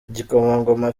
igikomangoma